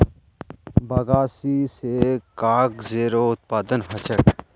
बगासी स कागजेरो उत्पादन ह छेक